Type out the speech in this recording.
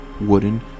wooden